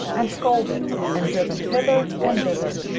and scolded, and driven hither and thither,